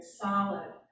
solid